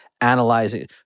analyzing